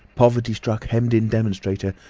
poverty-struck, hemmed-in demonstrator,